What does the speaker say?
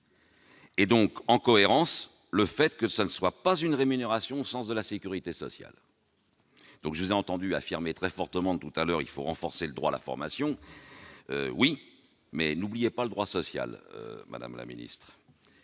que, par cohérence, le fait que ce ne soit pas une rémunération au sens de la sécurité sociale. Je vous ai entendue affirmer très fortement, tout à l'heure, qu'il faut renfoncer le droit à la formation ; d'accord, mais n'oubliez pas le droit social. Ainsi,